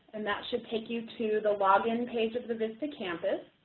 and that should take you to the login page of the vista campus.